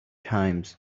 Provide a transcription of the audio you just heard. times